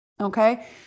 Okay